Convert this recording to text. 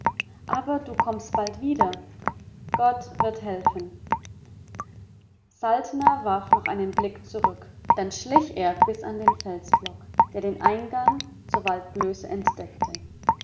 aber du kommst bald wieder gott wird helfen saltner warf noch einen blick zurück dann schlich er bis an den felsblock der den eingang zur waldblöße deckte